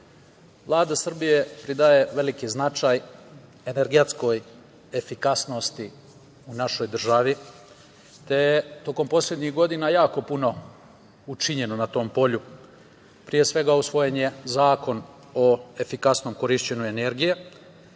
Vlada Srbije pridaje veliki značaj energetskoj efikasnosti u našoj državi, te je poslednjih godina jako puno učinjeno na tom polju. Pre svega, usvojen je Zakon o efikasnom korišćenju energije,